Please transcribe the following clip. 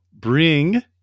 bring